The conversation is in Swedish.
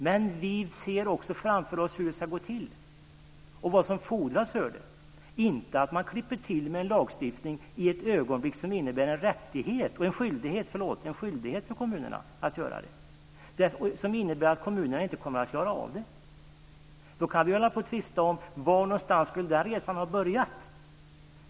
Men vi ser också framför oss hur det ska gå till och vad som fordras för det, inte att man klipper till med en lagstiftning i ett ögonblick som innebär en skyldighet för kommunerna att göra det, som innebär att kommunerna inte kommer att klara av det. Då kan vi tvista om var den resan skulle ha börjat.